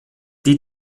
die